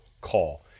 call